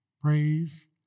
Praise